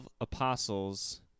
apostles